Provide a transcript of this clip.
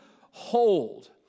hold